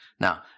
Now